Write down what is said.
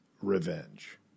revenge